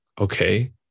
okay